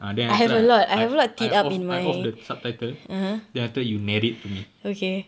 ah then after that I I I off I off the subtitle then after that you narrate to me